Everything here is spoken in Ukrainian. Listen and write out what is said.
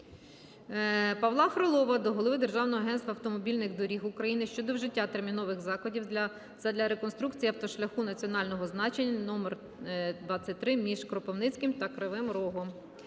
Павла Фролова до голови Державного агентства автомобільних доріг України щодо вжиття термінових заходів задля реконструкції автошляху національного значення Н 23 між Кропивницьким та Кривим Рогом.